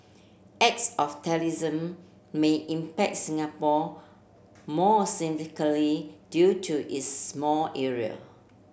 acts of terrorism may impact Singapore more significantly due to its small area